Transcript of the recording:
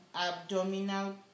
abdominal